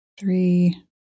three